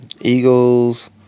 Eagles